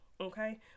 okay